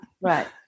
Right